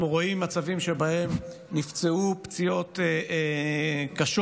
אנחנו רואים מצבים שבהם הם נפצעו פציעות קשות,